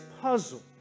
puzzle